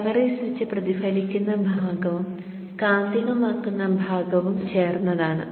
primary switch പ്രതിഫലിക്കുന്ന ഭാഗവും കാന്തികമാക്കുന്ന ഭാഗവും ചേർന്നതാണ്